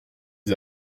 les